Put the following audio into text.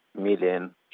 Million